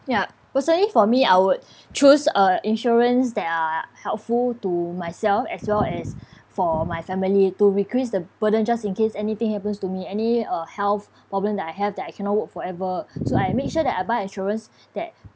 yup personally for me I would choose uh insurance that are helpful to myself as well as for my family to decrease the burden just in case anything happens to me any uh health problem that I have that I cannot work forever so I make sure that I buy insurance that